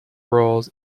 roles